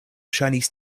ŝajnis